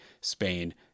Spain